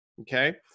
okay